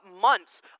months